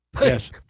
Yes